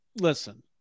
Listen